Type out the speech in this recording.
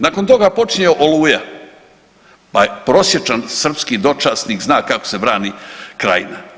Nakon toga, počinje Oluja pa je prosječan srpski dočasnik zna kako se brani Krajina.